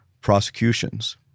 prosecutions